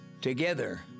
Together